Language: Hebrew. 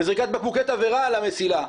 בזריקת בקבוקי תבערה על המסילה,